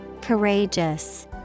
courageous